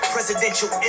Presidential